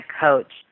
coach